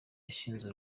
washinze